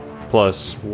Plus